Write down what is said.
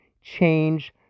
change